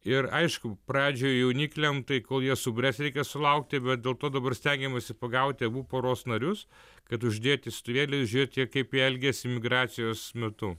ir aišku pradžioj jaunikliam tai kol jie subręs reikia sulaukti bet dėl to dabar stengiamasi pagauti abu poros narius kad uždėt istuvėlį žiūrėt jie kaip jie elgiasi migracijos metu